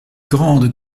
grande